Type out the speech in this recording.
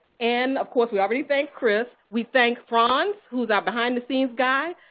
and, of course, we already thanked chris. we thank franz who is our behind-the-scenes guy,